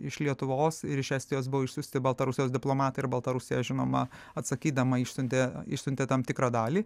iš lietuvos ir iš estijos buvo išsiųsti baltarusijos diplomatai ir baltarusija žinoma atsakydama išsiuntė išsiuntė tam tikrą dalį